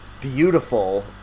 beautiful